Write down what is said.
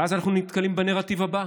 ואז אנחנו נתקלים בנרטיב הבא: